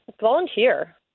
volunteer